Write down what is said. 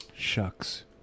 Shucks